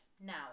Now